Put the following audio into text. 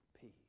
peace